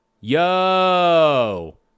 Yo